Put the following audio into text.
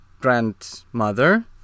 grandmother